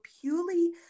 purely